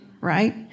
right